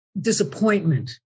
disappointment